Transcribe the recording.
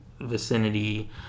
vicinity